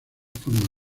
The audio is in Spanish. forma